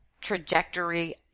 trajectory